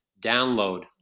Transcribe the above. download